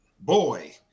Boy